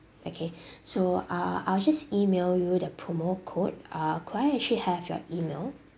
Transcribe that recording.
okay so uh I will just email you the promo code uh could I actually have your email